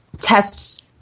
tests